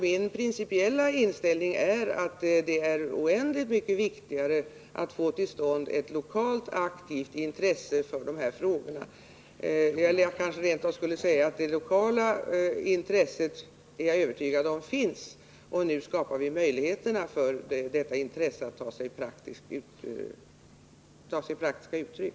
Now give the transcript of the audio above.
Min principiella inställning är att det är oändligt mycket viktigare att få till stånd ett lokalt, aktivt intresse för dessa frågor — jag skulle kanske hellre vilja uttrycka det så, att jag är övertygad om att det lokala intresset finns, och nu skapar vi möjligheter för detta intresse att ta sig praktiska uttryck.